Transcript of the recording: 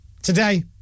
Today